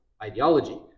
Ideology